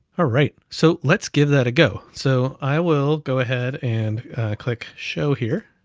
alright, so let's give that a go. so i will go ahead, and click show here,